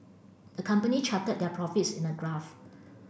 the company charted their profits in a graph